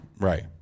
Right